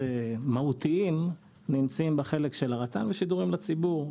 מהותיים נמצאים בחלק של הרט"ן ושידורים לציבור,